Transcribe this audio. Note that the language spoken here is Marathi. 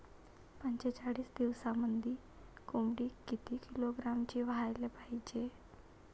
पंचेचाळीस दिवसामंदी कोंबडी किती किलोग्रॅमची व्हायले पाहीजे?